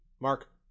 Mark